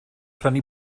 prynu